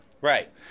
Right